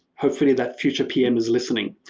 hopefully that future pm is listening.